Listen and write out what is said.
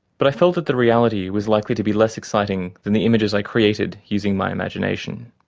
but i felt that the reality was likely to be less exciting than the images i created using my imagination.